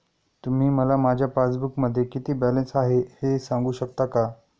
तुम्ही मला माझ्या पासबूकमध्ये किती बॅलन्स आहे हे सांगू शकता का?